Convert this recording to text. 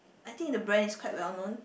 I think the brand is quite well known